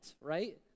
right